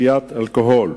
לשתיית אלכוהול.